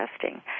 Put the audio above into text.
testing